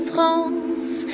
France